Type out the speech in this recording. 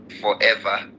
forever